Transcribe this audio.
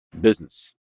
business